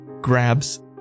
grabs